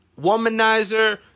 womanizer